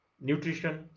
nutrition